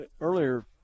earlier